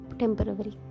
temporary